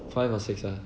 five or six ah